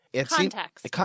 Context